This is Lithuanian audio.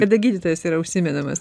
kada gydytojas yra užsimenamas